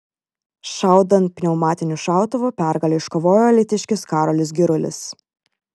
šaudant pneumatiniu šautuvu pergalę iškovojo alytiškis karolis girulis